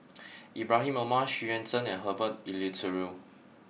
Ibrahim Omar Xu Yuan Zhen and Herbert Eleuterio